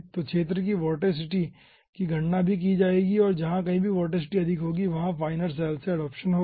तो क्षेत्र की वोर्टिसिटी की गणना की जाएगी और जहाँ कहीं भी वोर्टिसिटी अधिक होगी वहाँ फाइनर सैल से एडाप्शन होगा